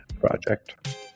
Project